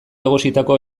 egositako